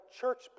church